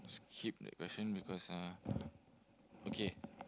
skip that question because uh okay